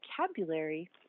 vocabulary